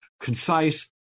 concise